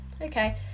Okay